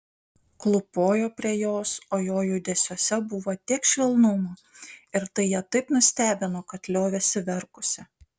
klūpojo prie jos o jo judesiuose buvo tiek švelnumo ir tai ją taip nustebino kad liovėsi verkusi